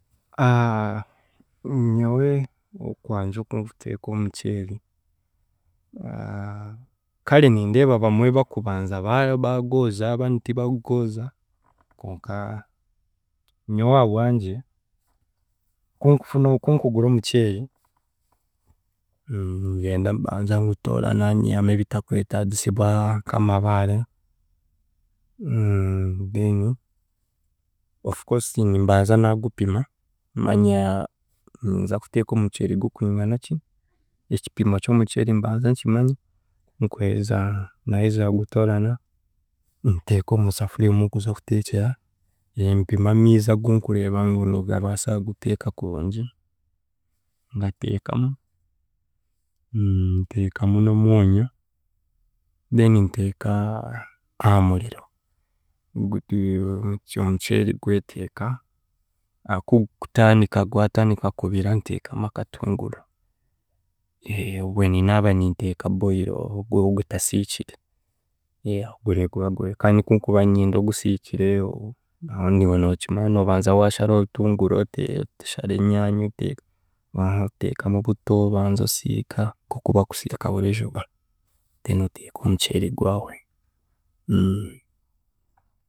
nyowe okwangye okunkuteeka omuceeri kare nindeeba bamwe bakubanza ba- bagwozya abandi tibagoza konka nyowe ahabwangye kunkufuna kunkugura omuceeri, ngyenda mbanza ngutoorana nyihamu ebitakwetaagisibwa nk'amabare then ofcourse nimbanza naagupima manya ninza kuteeka omuceeri gukwinganaki, ekipimo ky'omuceeri mbanza nkimanya, kunkuheeza naaheeza kugutoorana, nteeka omu safuriya omunkuza kuteekyera then mpima amiizi agunkureeba ngu nigabaasa kuguteeka kurungi ngateekamu nteekamu n'omwonyo then nteeka aha muriro, ngute omuceeri gweteeka kugukutandika gwatandika kubira, nteekamu akatunguru, obwe ni naaba ninteeka boil ogutasiikire, kandi kunkuba niinyenda ogusiikire niiwe nookimanya noobanza waashara obutunguru, ote- oshare enyaanya oteekamu buto obanza osiika nk’okubakusiika buriijo then oteeka omuceeri gwawe